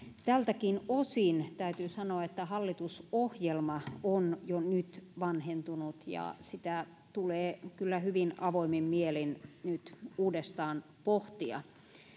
tältäkin osin täytyy sanoa että hallitusohjelma on jo nyt vanhentunut ja sitä tulee kyllä hyvin avoimin mielin nyt uudestaan pohtia